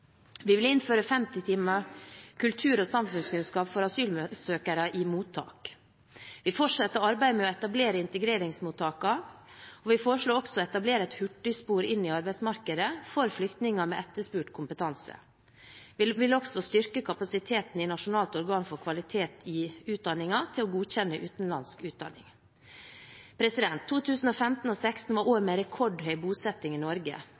Vi vil innføre 50 timer kultur- og samfunnskunnskap for asylsøkere i mottak. Vi fortsetter arbeidet med å etablere integreringsmottakene. Vi foreslår å etablere et hurtigspor inn i arbeidsmarkedet for flyktninger med etterspurt kompetanse. Vi vil også styrke kapasiteten i Nasjonalt organ for kvalitet i utdanningen til å godkjenne utenlandske utdanninger. 2015 og 2016 var år med rekordhøy bosetting i Norge.